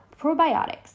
probiotics